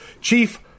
Chief